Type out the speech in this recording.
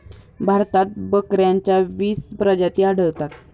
भारतात बकऱ्यांच्या वीस प्रजाती आढळतात